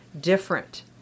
different